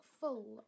full